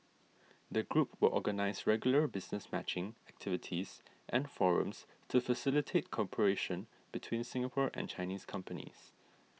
the group will organise regular business matching activities and forums to facilitate cooperation between Singapore and Chinese companies